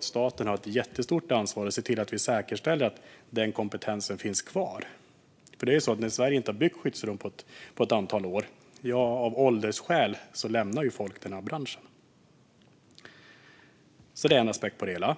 Staten har alltså ett jättestort ansvar att se till att säkerställa att den kompetensen finns kvar. När man i Sverige inte har byggt skyddsrum på ett antal år har ju folk av åldersskäl lämnat den här branschen. Detta är en aspekt på det hela.